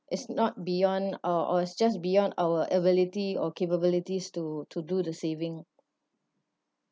is not beyond or or just beyond our ability or capabilities to to do the saving